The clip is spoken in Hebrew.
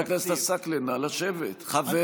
חבר